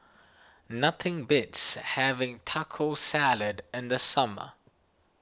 nothing beats having Taco Salad in the summer